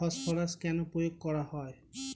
Phosphorus কেন প্রয়োগ করা হয়?